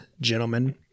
gentlemen